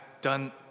done